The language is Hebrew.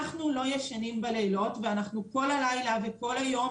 אנחנו לא ישנים בלילות ואנחנו כל הלילה וכל היום